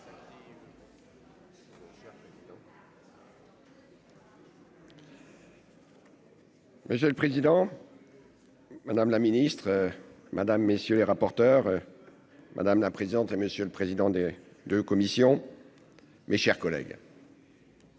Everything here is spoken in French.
Monsieur le président. Madame la ministre Madame messieurs les rapporteurs, madame la présidente, messieurs, le président des 2 commissions, mes chers collègues.